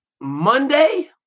Monday